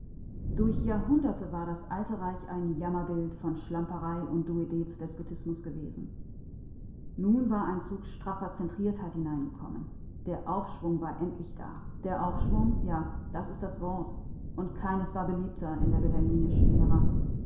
durch jahrhunderte war das alte reich ein jammerbild von schlamperei und duodez-despotismus gewesen nun war ein zug straffer zentriertheit hineingekommen der aufschwung war endlich da der aufschwung ja das ist das wort und keines war beliebter in der wilhelminischen ära